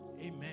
Amen